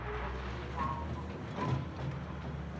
they're really sad and kind of scabby, maybe you can't see.